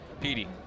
Petey